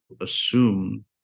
assume